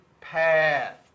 path